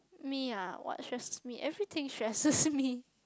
me ah what stresses me everything stresses me